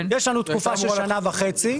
יש לנו תקופה של כשנה וחצי,